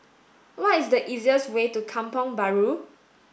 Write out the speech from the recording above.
what is the easiest way to Kampong Bahru